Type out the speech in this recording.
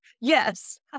Yes